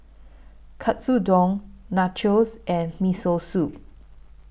Katsudon Nachos and Miso Soup